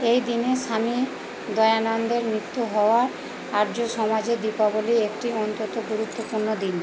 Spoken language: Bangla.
এই দিনে স্বামী দয়ানন্দের মৃত্যু হওয়ায় আর্য সমাজে দীপাবলী একটি অত্যন্ত গুরুত্বপূর্ণ দিন